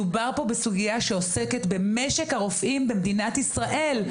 מדובר פה בסוגיה שעוסקת במשק הרופאים במדינת ישראל.